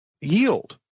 yield